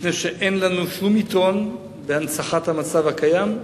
מפני שאין לנו שום יתרון בהנצחת המצב הקיים,